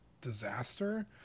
disaster